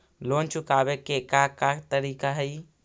Loan चुकावे के का का तरीका हई?